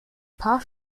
paar